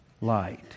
light